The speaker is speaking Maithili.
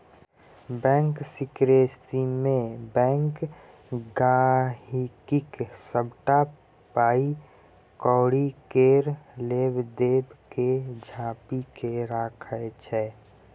बैंक सिकरेसीमे बैंक गांहिकीक सबटा पाइ कौड़ी केर लेब देब केँ झांपि केँ राखय छै